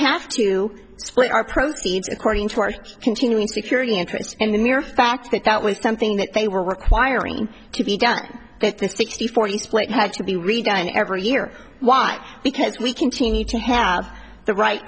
have to split our proceeds according to our continuing security interest in the mere fact that that was something that they were requiring to be done at this sixty forty split had to be redone every year why because we continue to have the right